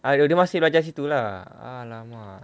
!aiyo! dia masih belajar situ lah !alamak!